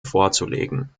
vorzulegen